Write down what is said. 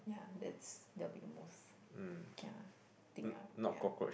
yeah that's that'll be the most kia thing ah